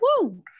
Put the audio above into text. Woo